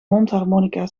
mondharmonica